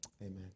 Amen